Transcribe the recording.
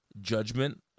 judgment